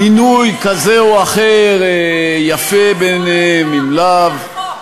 אם מינוי כזה או אחר יפה בעיניהם אם לאו.